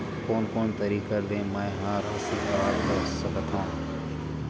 कोन कोन तरीका ले मै ह राशि कर सकथव?